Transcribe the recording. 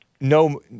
no